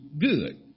good